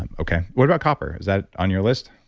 and okay. what about copper? is that on your list?